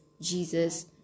Jesus